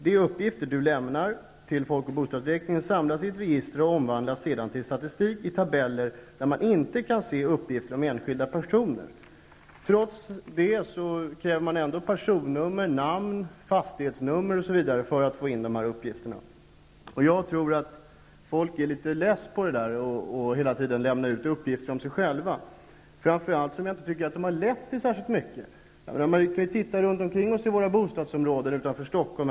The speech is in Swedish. De uppgifter man lämnar till folk och bostadsräkningen samlas i ett register och omvandlas sedan till statistik i tabeller, där det inte går att se uppgifter om enskilda personer. Trots detta avkrävs ändå personnummer, namn, fastighetsnummer osv. när uppgifterna samlas in. Jag tror att folk är less på att hela tiden lämna ut uppgifter om sig själva -- framför allt som det inte har lett till särskilt mycket. Det är bara att se sig omkring i bostadsområdena utanför Stockholm.